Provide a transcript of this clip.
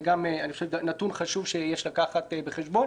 אני חושב שזה נתון חשוב שיש לקחת בחשבון